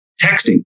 texting